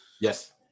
Yes